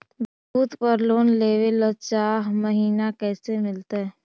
खूत पर लोन लेबे ल चाह महिना कैसे मिलतै?